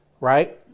Right